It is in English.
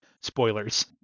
Spoilers